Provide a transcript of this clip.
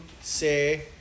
say